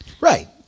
Right